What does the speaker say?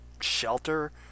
shelter